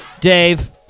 Dave